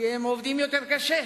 כי הם עובדים יותר קשה.